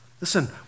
Listen